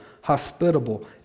hospitable